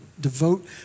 devote